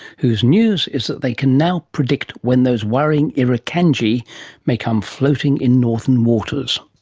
whose news is that they can now predict when those worrying irukandji may come floating in northern waters.